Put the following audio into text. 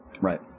Right